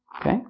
Okay